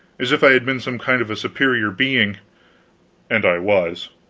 as if i had been some kind of a superior being and i was.